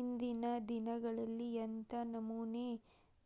ಇಂದಿನ ದಿನಗಳಲ್ಲಿ ಎಂಥ ನಮೂನೆ